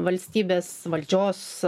valstybės valdžios